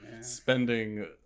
spending